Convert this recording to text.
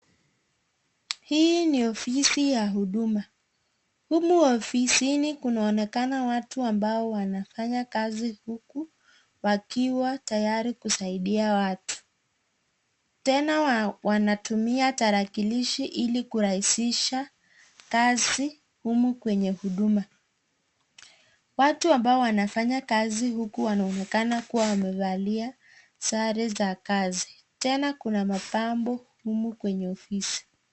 Hii ni ofisi ya huduma, humu ofisi inaonekana watu wanaofanya kazi huku wakiwa tayari kusaidia watu tena wanatumia talakilishi ili kurahisisha kazi humu kwenye huduma, watu ambao wanafanya kazi huku wanaonekana kuwa wamevalia sare za kazi, tena kuna mapambo humu kwenye ofisi.